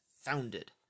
founded